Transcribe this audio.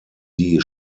die